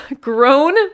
grown